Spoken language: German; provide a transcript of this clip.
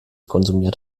konsumiert